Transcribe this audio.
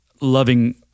loving